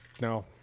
no